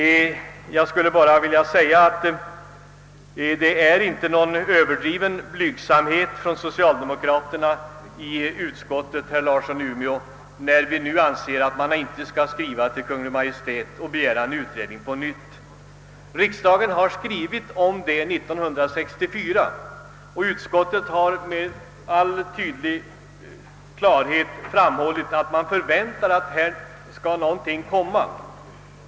Jag skulle ytterligare bara vilja säga att det inte är av överdriven blygsamhet, herr Larsson i Umeå, som socialdemokraterna i utskottet motsätter sig att skriva till Kungl. Maj:t och på nytt begära en utredning. Riksdagen har skrivit härom 1964, och utskottet har med all önskvärd tydlighet framhållit att man förväntar att åtgärder skall vidtas.